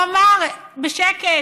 הוא אמר בשקט: